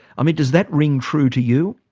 i mean, does that ring true to you?